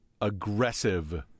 aggressive